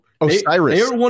Osiris